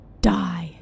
Die